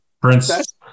Prince